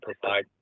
provide